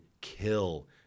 kill